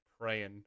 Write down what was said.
praying